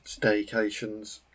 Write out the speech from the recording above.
staycations